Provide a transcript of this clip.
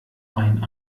wein